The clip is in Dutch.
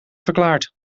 verklaard